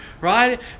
right